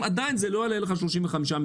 עדיין זה לא יעלה 35 מיליון.